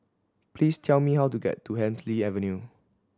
please tell me how to get to Hemsley Avenue